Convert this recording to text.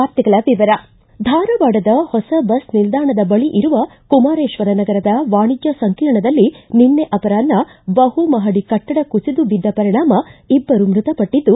ವಾರ್ತೆಗಳ ವಿವರ ಧಾರವಾಡ ಹೊಸ ಬಸ್ ನಿಲ್ವಾಣದ ಬಳಿ ಇರುವ ಕುಮಾರೇಶ್ವರ ನಗರದ ವಾಣಿಜ್ಯ ಸಂಕೀರ್ಣದಲ್ಲಿ ನಿನ್ನೆ ಅಪರಾಹ್ನ ಬಹು ಮಹಡಿ ಕಟ್ಟಡ ಕುಸಿದು ಬಿದ್ದ ಪರಿಣಾಮ ಇಬ್ಬರು ಮೃತಪಟ್ಟಿದ್ದು